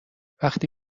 وقتی